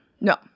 No